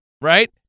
right